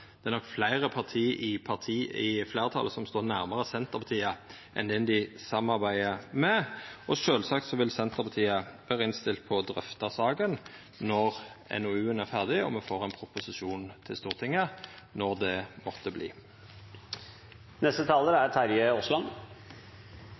at det nok er fleire parti i fleirtalet som står nærmare Senterpartiet enn dei dei samarbeider med, og sjølvsagt vil Senterpartiet vera innstilt på å drøfta saka når NOU-en er ferdig og me får ein proposisjon til Stortinget, når det måtte